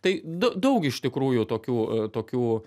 tai daug iš tikrųjų tokių tokių